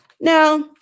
Now